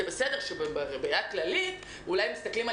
זה בסדר שבראייה כללית אולי מסתכלים על